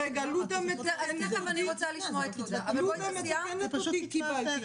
לודה מתקנת אותי, קיבלתי.